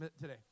today